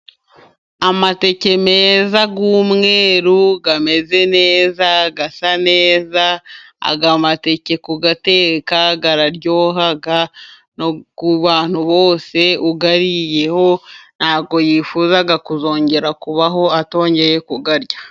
Amateke meza y'umweru, ameze neza, asa neza, aya mateke kuyateka araryoha ku bantu bose, uyariyeho ntabwo yifuza kuzongera kubaho atongeye kuyarya.